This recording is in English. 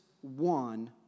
one